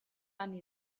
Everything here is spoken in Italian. anni